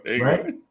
right